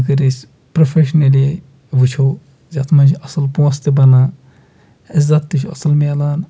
اگر أسۍ پروفیشنٔلی وٕچھو یَتھ منٛز چھِ اَصٕل پونٛسہٕ تہِ بَنان عزت تہِ چھُ اَصٕل ملان